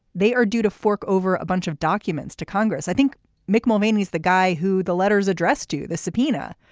they are due to fork over a bunch of documents to congress. i think mick mulvaney is the guy who the letters addressed to the subpoena.